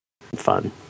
fun